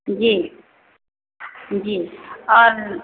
जी जी और